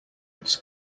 its